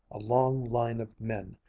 a long line of men,